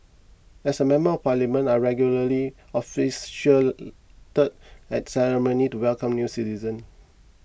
as a member of parliament I regularly officiated at ceremonies to welcome new citizens